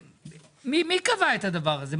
מי קבע את הדבר הזה?